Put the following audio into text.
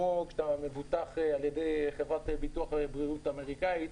כמו שאתה מבוטח על-ידי חברת ביטוח בריאות אמריקאית,